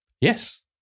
Yes